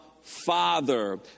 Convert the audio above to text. father